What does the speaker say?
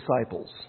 disciples